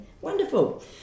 Wonderful